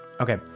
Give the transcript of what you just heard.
Okay